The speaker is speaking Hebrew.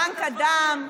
בנק הדם,